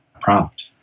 prompt